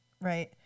right